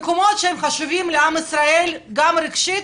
מקומות שחשובים לעם ישראל גם רגשית